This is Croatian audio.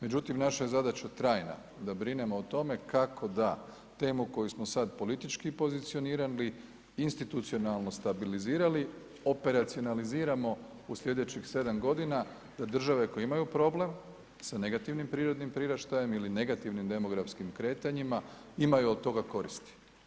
Međutim, naša je zadaća trajna da brinemo o tome kako da temu koju smo sad politički pozicionirali, institucionalno stabilizirali, operacionaliziramo u slijedećih 7 godina da države koje imaju problem sa negativnim prirodnim priraštajem ili negativnim demografskim kretanjima imaju od toga koristi.